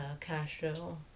Castro